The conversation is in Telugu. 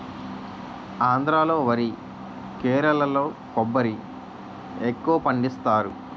ఆంధ్రా లో వరి కేరళలో కొబ్బరి ఎక్కువపండిస్తారు